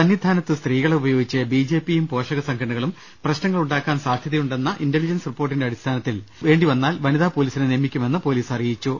സന്നിധാനത്ത് സ്ത്രീകളെ ഉപയോഗിച്ച് ബി ജെ പിയും പോഷക സംഘടനകളും പ്രശ്നങ്ങൾ ഉണ്ടാക്കാൻ സാധ്യതയുണ്ടെന്ന ഇന്റ ലിജന്റ് സ് റിപ്പോർട്ടിന്റെ അടിസ്ഥാനത്തിൽ വേണ്ടി വന്നാൽ വനിതാപൊലീസിനെ നിയമിക്കുമെന്ന് പൊലീസ് അറിയിച്ചു